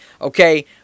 okay